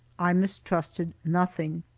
i mistrusted nothing.